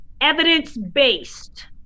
evidence-based